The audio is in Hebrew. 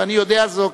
ואני יודע זאת,